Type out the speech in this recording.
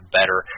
better